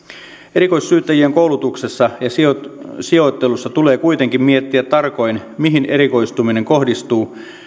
erikoissyyttäjien koulutuksessa ja sijoittelussa sijoittelussa tulee kuitenkin miettiä tarkoin mihin erikoistuminen kohdistuu